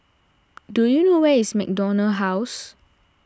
do you know where is MacDonald House